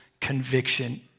conviction